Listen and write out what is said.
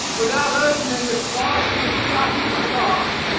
without opening this vast discussion at large,